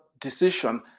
decision